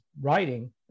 writing